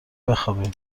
بخابیم